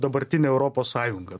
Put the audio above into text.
dabartinę europos sąjungą